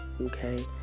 okay